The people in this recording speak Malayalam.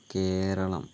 കേരളം